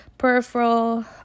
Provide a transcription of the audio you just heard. Peripheral